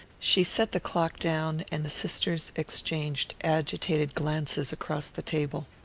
she set the clock down, and the sisters exchanged agitated glances across the table.